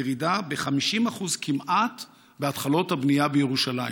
ירידה ב-50% כמעט בהתחלות בנייה בירושלים.